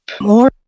More